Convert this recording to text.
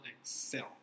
excel